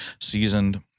seasoned